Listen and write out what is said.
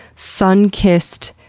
sun-kissed,